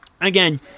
again